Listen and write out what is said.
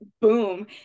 boom